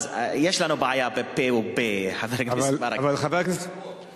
יש לנו בעיה עם בי"ת או פ"א, חבר הכנסת ברכה.